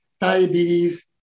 diabetes